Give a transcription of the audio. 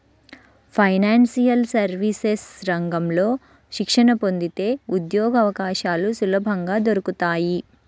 financial services రంగంలో శిక్షణ పొందితే ఉద్యోగవకాశాలు సులభంగా దొరుకుతాయి